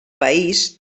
país